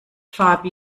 fabi